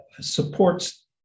supports